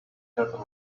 that